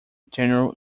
general